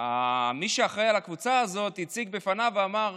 מי שאחראי לקבוצה הזאת הציג בפניו ואמר: